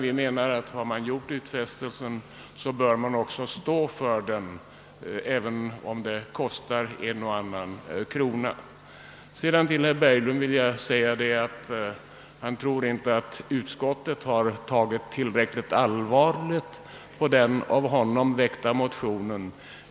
Vi menar att man bör stå för sina utfästelser, även om det kostar en och annan krona. Herr Berglund trodde inte att utskottet tagit tillräckligt allvarligt på den av honom väckta motionen.